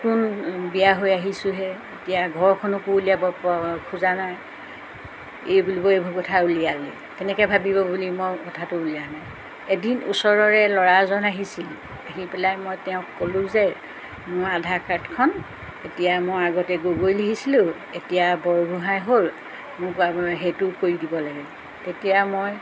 নতুন বিয়া হৈ আহিছোঁহে এতিয়া ঘৰখনকো উলিয়াব খোজা নাই এই বুলিব এইবোৰ কথা উলিয়ালে তেনেকৈ ভাবিব বুলি মই কথাটো উলিওয়া নাই এদিন ওচৰৰে ল'ৰা এজন আহিছিল আহি পেলাই মই তেওঁক ক'লোঁ যে মই আধাৰ কাৰ্ডখন এতিয়া মই আগতে গগৈ লিখিছিলোঁ এতিয়া বৰগোহাঁই হ'ল মোক সেইটো কৰি দিব লাগে তেতিয়া মই